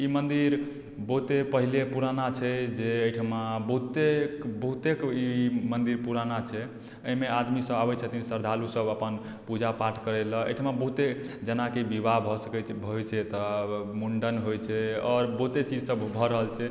ई मन्दिर बहुते पहिले पुराना छै जे अइ ठिमा बहुतेक बहुतेक ई मन्दिर पुराना छै अइमे आदमी सब आबय छथिन श्रद्धालु सब अपन पूजा पाठ करय लए अइ ठिमा बहुते जेना कि विवाह भऽ सकय छै होइ छै एतऽ मुण्डन होइ छै और बहुते चीज सब भऽ रहल छै